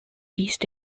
east